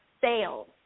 sales